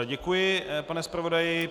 Děkuji, pane zpravodaji.